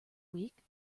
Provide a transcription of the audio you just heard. week